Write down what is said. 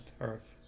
earth